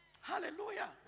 Hallelujah